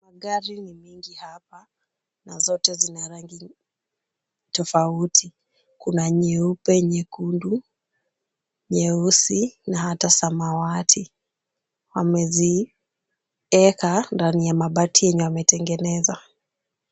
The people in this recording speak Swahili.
Magari ni mingi hapa na zote zina rangi tofauti. Kuna nyeupe, nyekundu, nyeusi na hata samawati. Wamezieka ndani ya mabati yenye wametengeneza.